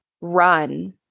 run